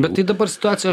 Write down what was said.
bet tai dabar situacija aš